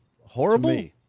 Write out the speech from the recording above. Horrible